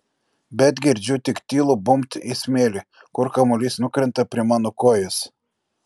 bet girdžiu tik tylų bumbt į smėlį kur kamuolys nukrenta prie mano kojos